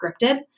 scripted